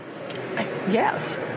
Yes